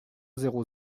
zéro